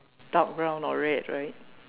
dark brown or red right